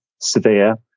severe